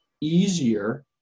easier